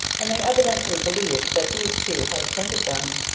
and they evidently believed that these two had attended them.